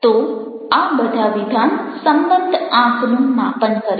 તો આ બધા વિધાન સંબંધ આંકનું માપન કરે છે